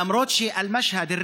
למרות שמשהד,